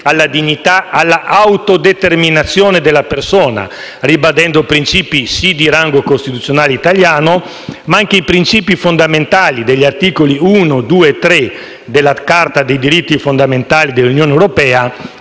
alla dignità, all'autodeterminazione della persona, ribadendo principi sì di rango costituzionale italiano, ma anche i principi fondamentali degli articoli 1, 2 e 3 della Carta dei diritti fondamentali dell'Unione europea,